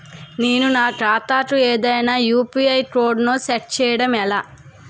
నేను నా ఖాతా కు ఏదైనా యు.పి.ఐ కోడ్ ను సెట్ చేయడం ఎలా?